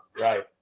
right